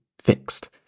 fixed